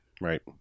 right